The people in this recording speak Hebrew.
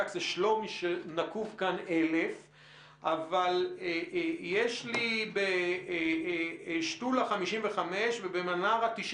זה שלומי שנקוב כאן 1,000. אבל יש לי בשתולה 55 ובמנרה 94,